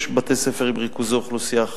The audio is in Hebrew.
יש בתי-ספר עם ריכוזי אוכלוסייה חלשה,